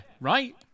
right